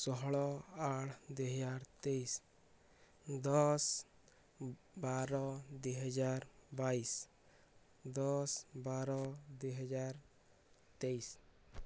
ଷୋହଳ ଆଠ ଦୁଇ ହଜାର ତେଇଶି ଦଶ ବାର ଦୁଇ ହଜାର ବାଇଶି ଦଶ ବାର ଦୁଇ ହଜାର ତେଇଶି